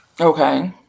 Okay